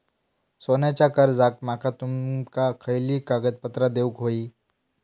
सोन्याच्या कर्जाक माका तुमका खयली कागदपत्रा देऊक व्हयी?